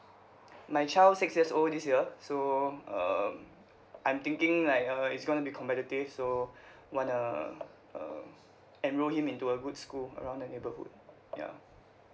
my child six years old this year so um I'm thinking like uh it's going to be competitive so wanna uh enroll him into a good school around the neighbourhood ya